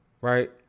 Right